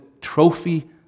trophy